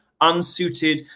unsuited